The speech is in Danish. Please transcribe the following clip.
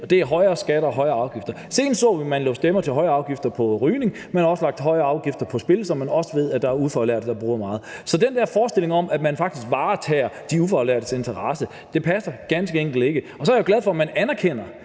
det er højere skatter og højere afgifter. Senest så vi, at man lagde stemmer til højere afgifter på rygning, og man har også lagt højere afgifter på spil, som man også ved der er ufaglærte der bruger meget. Så den der forestilling om, at man faktisk varetager de ufaglærtes interesse, passer ganske enkelt ikke. Og så er jeg jo glad for, at man anerkender,